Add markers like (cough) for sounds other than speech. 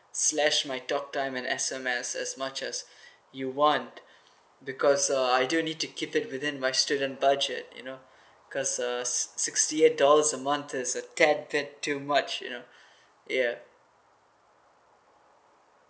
slash my talk time and S_M_S as much as (breath) you want because uh I do need to keep it within my student budget you know cause uh si~ sixty eight dollars a month is too much you know (breath) yeah